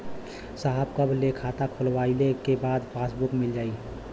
साहब कब ले खाता खोलवाइले के बाद पासबुक मिल जाई?